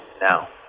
now